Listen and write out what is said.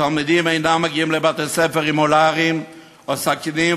התלמידים אינם מגיעים לבתי-הספר עם אולרים או סכינים,